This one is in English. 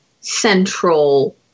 central